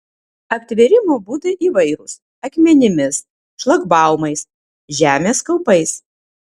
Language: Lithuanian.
aptvėrimo būdai įvairūs akmenimis šlagbaumais žemės kaupais